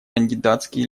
кандидатские